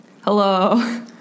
Hello